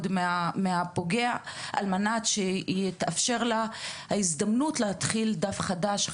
מן הפוגע על מנת שתהיה לה הזדמנות להתחיל דף חדש,